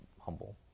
humble